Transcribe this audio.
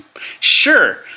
Sure